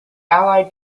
allied